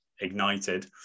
ignited